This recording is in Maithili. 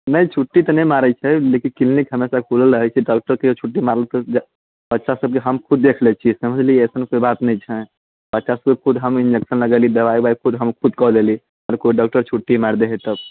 नहि छुट्टी तऽ नहि मारैत छै लेकिन क्लिनिक हमेशा खुलल रहैत छै डॉक्टर कहियौ छुट्टी मारलके तऽ बच्चा सभकेँ हम खुद देखि लै छियै समझलियै एहन कोइ बात नहि छै बच्चा सभकेँ खुद हम इन्जेक्शन लगेली दवाइ ओवाइ हम खुद हम कऽ देली अगर केओ डॉक्टर छुट्टी मारि दे हय तब